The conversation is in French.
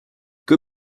que